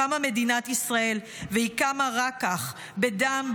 "קמה מדינת ישראל והיא קמה 'רק כך': בדם,